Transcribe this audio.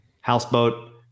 houseboat